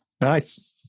Nice